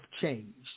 changed